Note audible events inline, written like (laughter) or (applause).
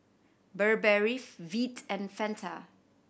Burberry (unintelligible) Veet and Fanta